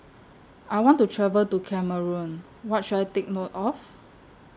I want to travel to Cameroon What should I Take note of